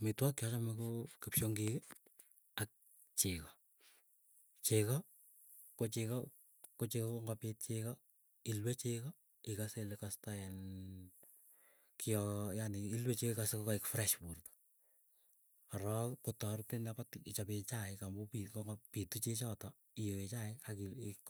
Amitwogik chachame ko kipsyongik, ak chego. Chego ko chego ko chego ko ngopit chego, ilue chegoo ikase ile kosein kio yani ilur chego ikose kokaeg fresh porta. Korok kotaretin akot ichopee chaik amu pitu chechotok, iyoe chaik